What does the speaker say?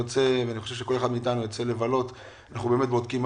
כשכל אחד מאיתנו יוצא לבלות אנחנו בודקים מה